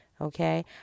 Okay